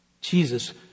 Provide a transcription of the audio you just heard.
Jesus